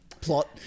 plot